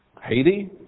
Haiti